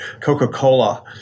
coca-cola